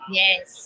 yes